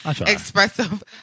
expressive